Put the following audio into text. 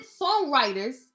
songwriters